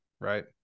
right